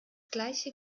gleiche